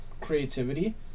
creativity